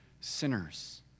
sinners